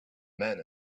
men